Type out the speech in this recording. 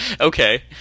Okay